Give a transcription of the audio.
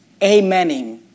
amening